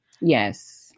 yes